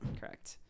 correct